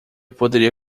poderia